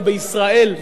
או בישראל,